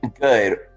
Good